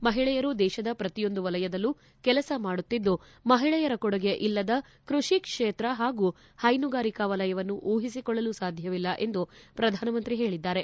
ಮಹಿಳೆಯರು ದೇಶದ ಪ್ರತಿಯೊಂದು ವಲಯದಲ್ಲೂ ಕೆಲಸ ಮಾಡುತ್ತಿದ್ದು ಮಹಿಳೆಯರ ಕೊಡುಗೆ ಇಲ್ಲದ ಕೃಷಿ ಕ್ಷೇತ್ರ ಹಾಗೂ ಹೈನುಗಾರಿಕಾ ವಲಯವನ್ನು ಊಹಿಸಿಕೊಳ್ಳಲು ಸಾಧ್ಯವಿಲ್ಲ ಎಂದು ಪ್ರಧಾನಮಂತ್ರಿ ಹೇಳಿದ್ದಾರೆ